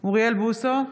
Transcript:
אוריאל בוסו,